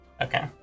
Okay